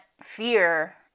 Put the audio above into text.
fear